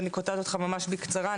אני קוטעת אותך ממש בקצרה,